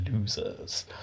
Losers